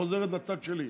חוזרת לצד שלי.